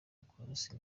close